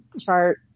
chart